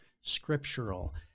scriptural